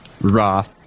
Roth